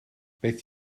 beth